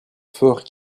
forts